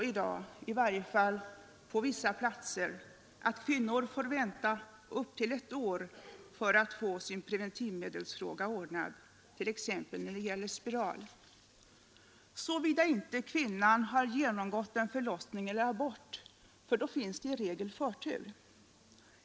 I varje fall på vissa platser får kvinnor i dag vänta upp till ett år för att få preventivmedelsfrågan ordnad — t.ex. insättande av en spiral, om inte kvinnan genomgått en förlossning eller abort; då finns det i regel förtur.